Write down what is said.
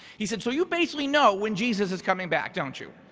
he said, so you basically know when jesus is coming back, don't you?